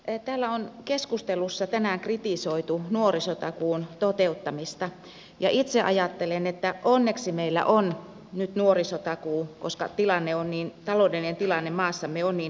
täällä on keskustelussa tänään kritisoitu nuorisotakuun toteuttamista ja itse ajattelen että onneksi meillä on nyt nuorisotakuu koska taloudellinen tilanne maassamme on niin haasteellinen